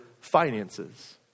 finances